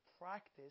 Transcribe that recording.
practice